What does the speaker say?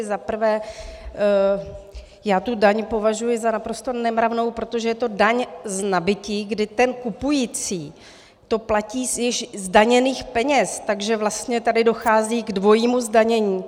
Za prvé, já tu daň považuji za naprosto nemravnou, protože je to daň z nabytí, kdy ten kupující to platí z již zdaněných peněz, takže vlastně tady dochází k dvojímu zdanění.